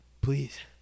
please